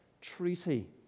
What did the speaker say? treaty